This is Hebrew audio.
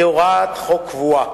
כהוראת חוק קבועה.